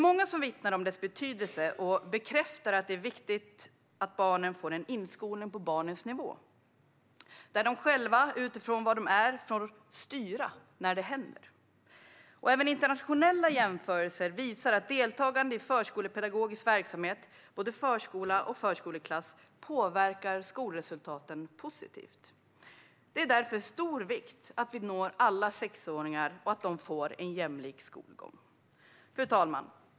Många vittnar om dess betydelse och bekräftar att det är viktigt att barnen får en inskolning på barnens nivå där de själva, utifrån var de är, får styra när det händer. Även internationella jämförelser visar att deltagande i förskolepedagogisk verksamhet, både förskola och förskoleklass, påverkar skolresultaten positivt. Därför är det av stor vikt att vi når alla sexåringar och att de får en jämlik skolgång. Fru talman!